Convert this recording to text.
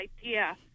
idea